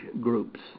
groups